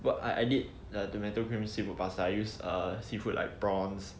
what I did like tomato cream seafood pasta I use like seafood like prawns